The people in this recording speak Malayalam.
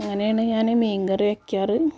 അങ്ങനെയാണ് ഞാൻ മീൻകറി വയ്ക്കാറ്